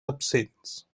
absents